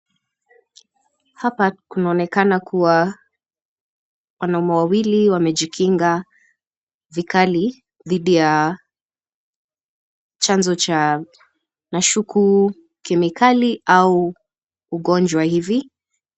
Hapa kunaonekana kuwa wanaume wawili wamejikinga vikali dhidi ya chanzo cha nashuku kemikali au ugonjwa hivi.